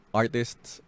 artists